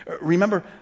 Remember